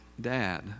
dad